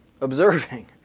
observing